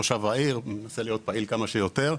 אני תושב העיר, מנסה להיות פעיל כמה שיותר.